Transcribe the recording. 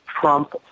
Trump